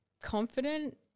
Confident